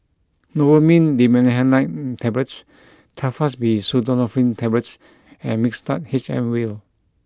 Novomin Dimenhydrinate Tablets Telfast D Pseudoephrine Tablets and Mixtard H M Vial